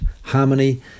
harmony